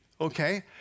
okay